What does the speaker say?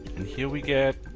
and here we get.